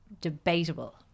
debatable